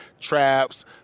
traps